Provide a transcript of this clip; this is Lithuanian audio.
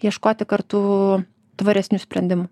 ieškoti kartu tvaresnių sprendimų